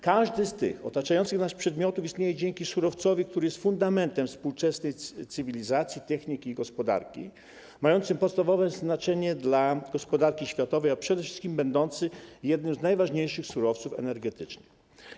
Każdy z tych otaczających nas przedmiotów istnieje dzięki surowcowi, który jest fundamentem współczesnej cywilizacji, techniki i gospodarki mającym podstawowe znaczenie dla gospodarki światowej, a przede wszystkim będącym jednym z najważniejszych surowców energetycznych.